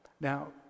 Now